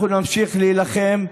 אנחנו נמשיך להילחם,